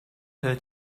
her